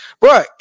bro